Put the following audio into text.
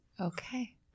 Okay